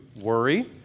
worry